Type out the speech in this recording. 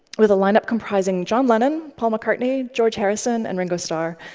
with a lineup comprising john lennon, paul mccartney, george harrison, and ringo starr.